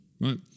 right